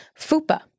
FUPA